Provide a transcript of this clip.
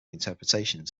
interpretations